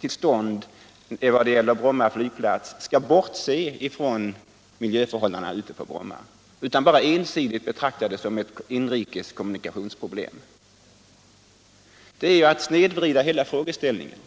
till stånd när det gäller Bromma flygplats skall bortse från miljöförhållandena ute på Bromma och bara ensidigt betrakta detta som ett inrikes kommunikationsproblem? Det är att snedvrida hela frågeställningen.